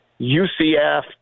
UCF